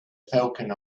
falcon